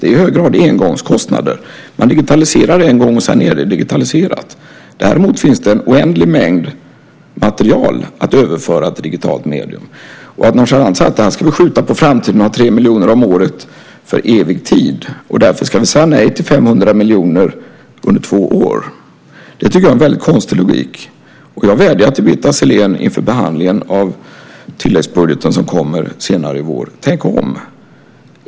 Det är i hög grad engångskostnader: Man digitaliserar en gång, och sedan är det digitaliserat. Däremot finns det en oändlig mängd material att överföra till digitalt medium. Att nonchalant säga att detta ska vi skjuta på framtiden - vi ska ha 3 miljoner om året för evig tid, och därför ska vi säga nej till 500 miljoner under två år - tycker jag är en väldigt konstig logik. Jag vädjar till Birgitta Sellén, inför behandlingen av den tilläggsbudget som kommer senare i vår: Tänk om!